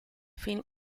film